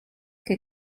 che